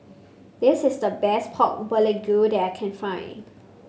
this is the best Pork Bulgogi that I can find